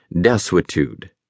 desuetude